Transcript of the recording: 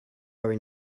are